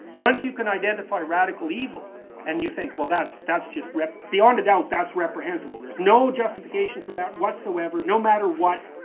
once you can identify radical evil and you think, well that's that's just beyond a doubt that's reprehensible. there's no justification for that whatsoever, no matter what,